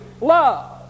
love